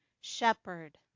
shepherd